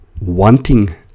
wanting